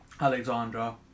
Alexandra